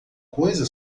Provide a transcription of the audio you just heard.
coisa